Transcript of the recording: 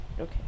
Okay